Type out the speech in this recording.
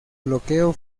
bloqueo